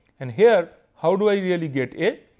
and here how do i really get a.